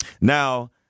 Now